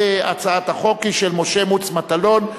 והצעת החוק היא של משה מוץ מטלון.